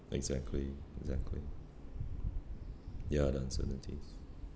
exactly exactly ya the uncertainties